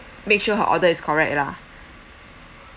make sure her order is correct lah